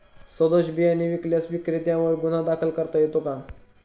सदोष बियाणे विकल्यास विक्रेत्यांवर गुन्हा दाखल करता येतो का?